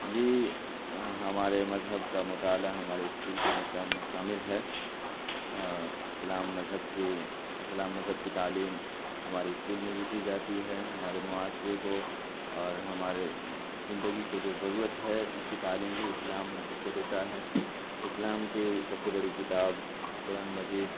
جی ہمارے مذہب کا مطالعہ ہمارے اسکول کے نصاب میں شامل ہے اسلام مذہب کے اسلام مذہب کی تعلیم ہمارے اسکول میں بھی دی جاتی ہیں ہمارے معاشرے کو اور ہمارے زندگی کو جو ضرورت ہے اس کی تعلیم بھی اسلام ہم سب کو دیتا ہے اسلام کی سب سے بڑی کتاب قرآن مجید